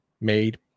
made